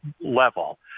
level